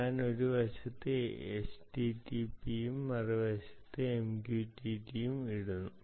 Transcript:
ഞാൻ ഒരു വശത്ത് http ഉം മറുവശത്ത് MQTT ഉം ഇടും